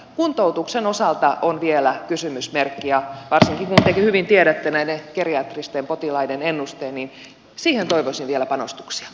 kuntoutuksen osalta on vielä kysymysmerkki ja varsinkin kun te hyvin tiedätte näiden geriatristen potilaiden ennusteen niin siihen toivoisin vielä panostuksia